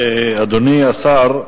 אדוני השר,